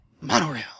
Monorail